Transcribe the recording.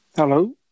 Hello